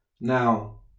Now